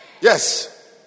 Yes